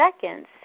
seconds